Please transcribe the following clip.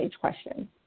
question